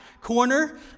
corner